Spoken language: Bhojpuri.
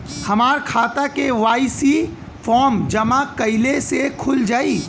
हमार खाता के.वाइ.सी फार्म जमा कइले से खुल जाई?